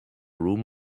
room